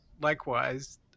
likewise